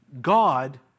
God